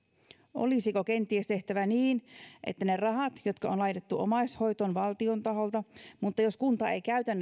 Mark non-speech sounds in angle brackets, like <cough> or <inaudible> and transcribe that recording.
olisiko kenties tehtävä niin että ne rahat jotka on laitettu omaishoitoon valtion taholta perittäisiin takaisin jos kunta ei käytä <unintelligible>